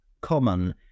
common